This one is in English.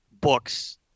books